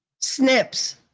snips